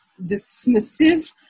dismissive